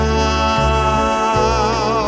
now